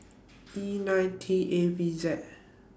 E nine T A V Z